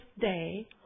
day